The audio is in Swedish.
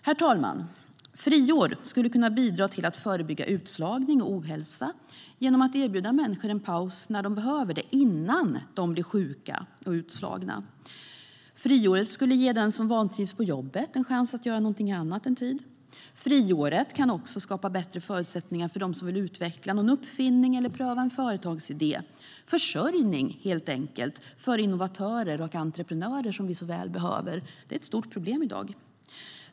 Herr talman! Friår skulle kunna bidra till att förebygga utslagning och ohälsa genom att människor erbjuds en paus när de behöver det, innan de blir sjuka och utslagna. Friåret skulle kunna ge den som vantrivs på jobbet en chans att göra något annat under en tid. Friåret kan också skapa bättre förutsättningar för dem som vill utveckla en uppfinning eller pröva en företagsidé. Det är helt enkelt försörjning för innovatörer och entreprenörer som vi såväl behöver. Det är ett stort problem i dag.